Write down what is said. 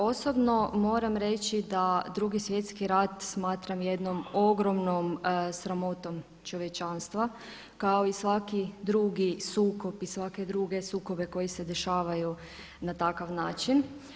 Osobno moram reći da Drugi svjetski rat smatram jednom ogromnom sramotom čovječanstva kao i svaki drugi sukob i svake druge sukobe koji se dešavaju na takav način.